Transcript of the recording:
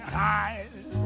hide